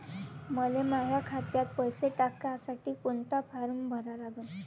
मले माह्या खात्यात पैसे टाकासाठी कोंता फारम भरा लागन?